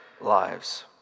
lives